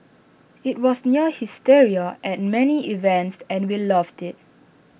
IT was near hysteria at many events and we loved IT